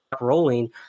rolling